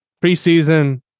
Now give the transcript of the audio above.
Preseason